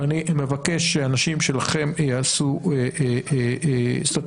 אני מבקש שאנשים שלכם יעשו סטטיסטיקות.